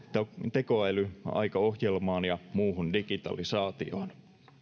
tekoälyaika ohjelmaan ja muuhun digitalisaatioon